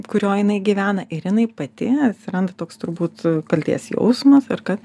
kurioj jinai gyvena ir jinai pati atsiranda toks turbūt kaltės jausmas ir kad